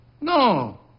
No